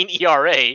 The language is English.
era